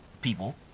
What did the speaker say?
people